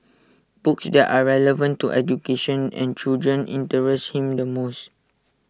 books that are relevant to education and children interest him the most